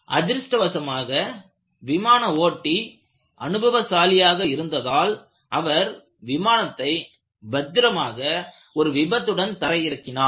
அதிர்ஷ்டவசமாக விமான ஓட்டி அனுபவசாலி ஆக இருந்ததால் அவர் விமானத்தை பத்திரமாக ஒரு விபத்துடன் தரையிறக்கினார்